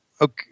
Okay